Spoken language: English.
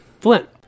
Flint